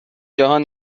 جهان